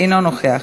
אינו נוכח,